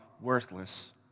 worthless